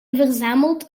verzameld